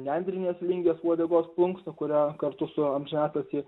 nendrinės lingės uodegos plunksna kurią kartu su amžinatilsį